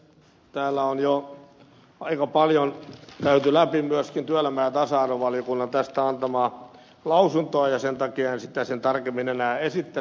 täällä on jo aika paljon käyty läpi myöskin työelämä ja tasa arvovaliokunnan antamaa lausuntoa ja sen takia en sitä sen tarkemmin enää esittele